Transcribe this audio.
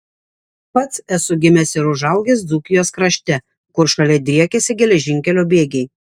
pats esu gimęs ir užaugęs dzūkijos krašte kur šalia driekėsi geležinkelio bėgiai